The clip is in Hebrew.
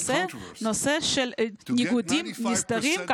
הנושא של ניגודים נסתרים,